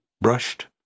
brushed